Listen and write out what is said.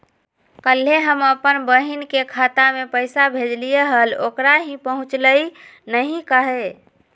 कल्हे हम अपन बहिन के खाता में पैसा भेजलिए हल, ओकरा ही पहुँचलई नई काहे?